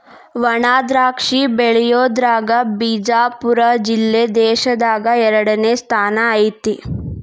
ವಣಾದ್ರಾಕ್ಷಿ ಬೆಳಿಯುದ್ರಾಗ ಬಿಜಾಪುರ ಜಿಲ್ಲೆ ದೇಶದಾಗ ಎರಡನೇ ಸ್ಥಾನ ಐತಿ